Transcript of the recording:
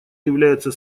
является